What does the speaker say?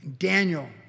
Daniel